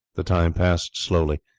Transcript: the time passed slowly.